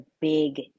big